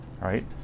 right